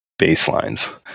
baselines